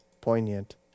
poignant